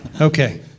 Okay